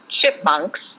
chipmunks